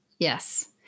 Yes